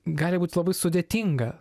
gali būti labai sudėtinga